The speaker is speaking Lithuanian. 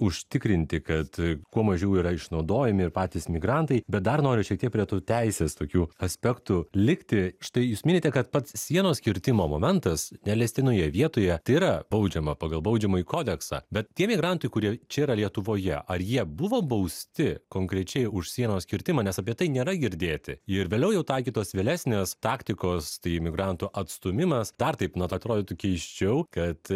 užtikrinti kad kuo mažiau yra išnaudojami ir patys migrantai bet dar noriu šiek tiek prie tų teisės tokių aspektų likti štai jūs minite kad pats sienos kirtimo momentas neleistinoje vietoje tai yra baudžiama pagal baudžiamąjį kodeksą bet tie migrantai kurie čia yra lietuvoje ar jie buvo bausti konkrečiai už sienos kirtimą nes apie tai nėra girdėti ir vėliau jau taikytos vėlesnės taktikos tai migrantų atstūmimas dar taip nat atrodytų keisčiau kad